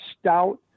stout